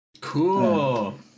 Cool